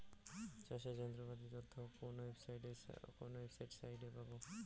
চাষের যন্ত্রপাতির তথ্য কোন ওয়েবসাইট সাইটে পাব?